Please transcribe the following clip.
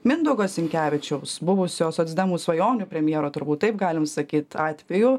mindaugo sinkevičiaus buvusio socdemų svajonių premjero turbūt taip galim sakyt atveju